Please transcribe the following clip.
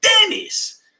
dennis